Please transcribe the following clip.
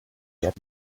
get